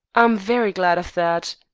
i'm very glad of that